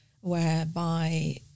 whereby